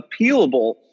appealable